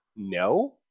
No